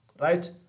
Right